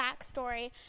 backstory